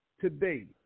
today